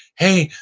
hey,